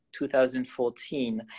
2014